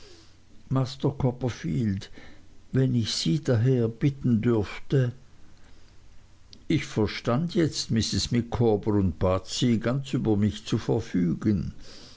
master copperfield wenn ich sie daher bitten dürfte ich verstand jetzt mrs micawber und bat sie ganz über mich zu verfügen